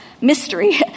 mystery